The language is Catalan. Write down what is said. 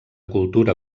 cultura